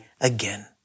again